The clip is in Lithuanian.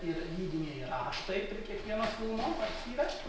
ir lydimieji raštai prie kiekvieno filmo archyve